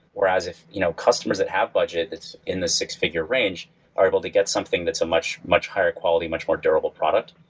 whereas if you know customers that have budgets that's in the six-figure range are able to get something that's a much higher quality, much more durable product.